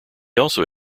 also